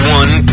one